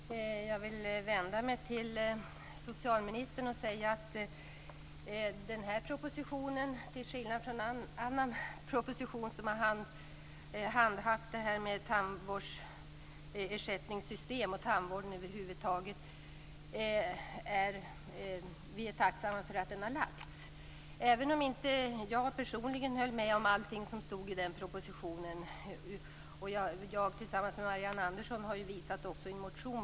Herr talman! Jag vill vända mig till socialministern och säga att vi är tacksamma för att den här propositionen, till skillnad från andra propositioner som har handlat om tandvårdsersättningssystem och tandvården över huvud taget, har lagts fram. Även om jag personligen inte håller med om allt som står i propositionen är den ett nödvändigt steg och ett steg i rätt riktning.